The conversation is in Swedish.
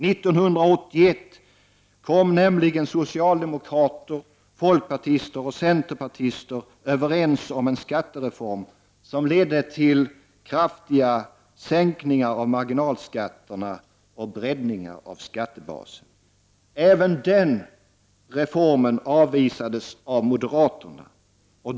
1981 kom socialdemokrater, folkpartister och centerpartister nämligen överens om en skattereform som ledde till kraftiga sänkningar av marginalskatterna och breddningar av skattebasen. Även den reformen avvisades av moderaterna.